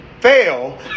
fail